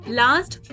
last